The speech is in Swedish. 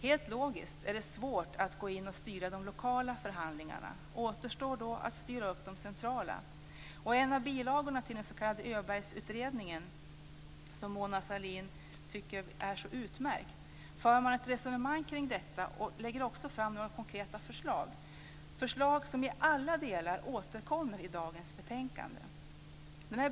Helt logiskt är det svårt att gå in och styra de lokala förhandlingarna. Det återstår då att styra upp de centrala. I en av bilagorna till den s.k. Öbergutredningen, som Mona Sahlin tycker är så utmärkt, för man ett resonemang kring detta och lägger också fram några konkreta förslag, förslag som i alla delar återkommer i dagens betänkande.